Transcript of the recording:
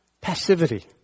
passivity